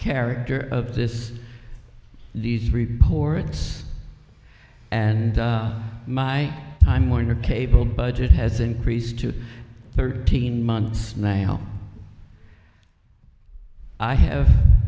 character of this these reports and my time warner cable budget has increased to thirteen months now i have